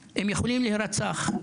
שיכולה לגרום לזה שהם יירצחו.